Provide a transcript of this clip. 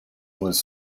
was